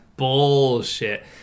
bullshit